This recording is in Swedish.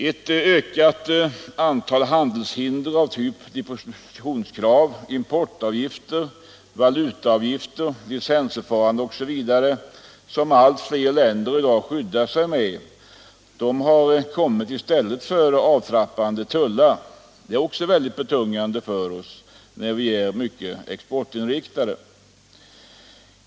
Ett ökat antal handelshinder av typen depositionskrav, importavgifter, valutaavgifter, licensförfarande osv., som allt fler länder i dag skyddar sig med och som kommit i stället för avtrappade tullar, är också mycket betungande för den exportinriktade svenska glashanteringen.